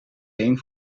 geen